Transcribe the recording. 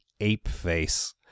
Apeface